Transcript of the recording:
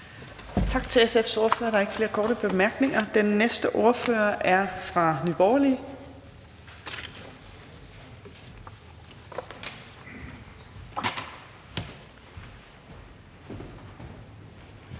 Tak til SF's ordfører. Der er ikke flere korte bemærkninger. Den næste ordfører er fra Nye Borgerlige,